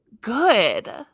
good